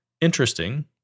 Interesting